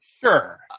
sure